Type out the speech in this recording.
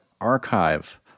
archive